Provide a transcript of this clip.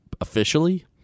officially